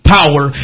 power